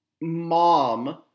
mom